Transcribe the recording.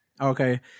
Okay